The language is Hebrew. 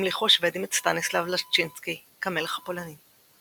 המליכו השוודים את סטניסלאב לשצ'ינסקי כמלך הפולני.